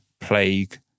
plague